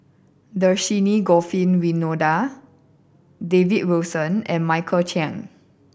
Dhershini Govin Winodan David Wilson and Michael Chiang